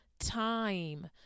Time